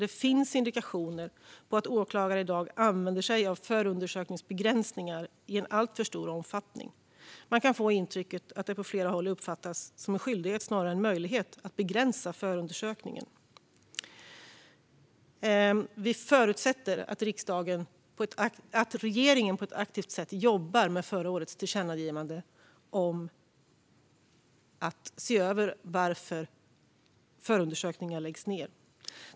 Det finns indikationer på att åklagare i dag använder sig av förundersökningsbegränsningar i alltför stor omfattning. Man kan få intrycket att det på flera håll uppfattas som en skyldighet snarare än en möjlighet att begränsa förundersökningarna. Vi förutsätter att regeringen på ett aktivt sätt jobbar med förra årets tillkännagivande om att se över varför förundersökningar läggs ned.